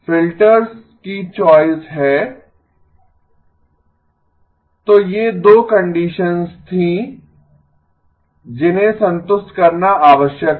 filters की choice है F0 H 1 −z F1 −H 0−z तो ये 2 कंडीशंस थीं जिन्हें संतुष्ट करना आवश्यक था